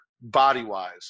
body-wise